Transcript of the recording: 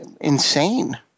insane